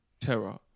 terror